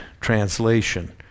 translation